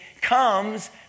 comes